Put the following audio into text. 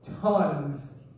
tons